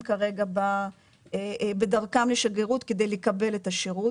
כרגע בדרכם לשגרירות כדי לקבל את השירות.